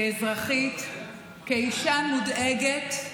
כאזרחית, כאישה מודאגת,